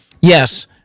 Yes